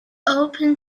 open